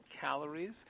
calories